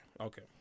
okay